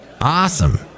Awesome